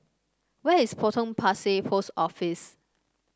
where is Potong Pasir Post Office